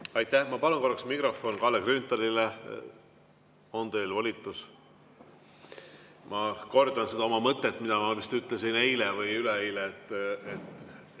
Aitäh! Ma palun korraks mikrofon Kalle Grünthalile. On teil volitus? Ma kordan seda mõtet, mida ma ütlesin eile või üleeile, et